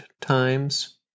times